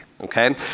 okay